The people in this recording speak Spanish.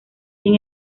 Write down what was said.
sin